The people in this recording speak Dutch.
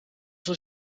zou